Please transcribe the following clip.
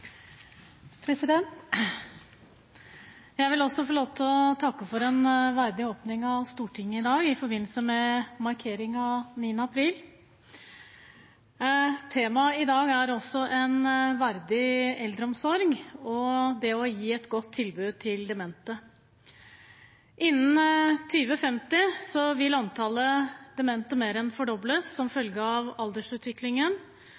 minutter. Jeg vil også få lov til å takke for en verdig åpning av Stortinget i dag i forbindelse med markeringen av 9. april. Temaet i dag er en verdig eldreomsorg og det å gi et godt tilbud til demente. Innen 2050 vil antallet demente mer enn fordobles som følge av aldersutviklingen,